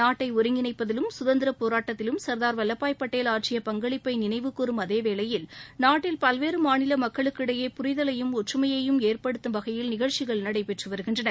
நாட்டை ஒருங்கிணைப்பதிலும் சுதந்திரப் போராட்டத்திலும் சர்தார் வல்லபாய் பட்டேல் ஆற்றிய பங்களிப்பை நினைவுகூரும் அதேவேளையில் நாட்டில் பல்வேறு மாநில மக்களுக்கு இடையே புரிதலையும் ஒற்றுமையையும் ஏற்படுத்தும் வகையில் நிகழ்ச்சிகள் நடைபெற்று வருகின்றன